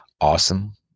Awesome